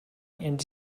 and